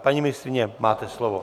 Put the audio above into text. Paní ministryně, máte slovo.